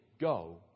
Go